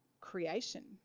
creation